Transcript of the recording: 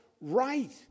right